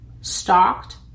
stocked